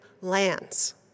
lands